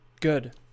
Good